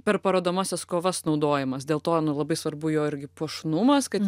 per parodomąsias kovas naudojamas dėl to labai svarbu jo irgi puošnumas kad